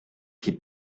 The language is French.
qui